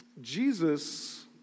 Jesus